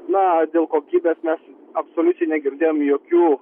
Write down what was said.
na dėl kokybės mes absoliučiai negirdėjom jokių